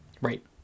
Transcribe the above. Right